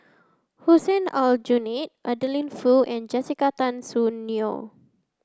Hussein Aljunied Adeline Foo and Jessica Tan Soon Neo